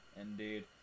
Indeed